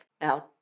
now